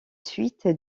suites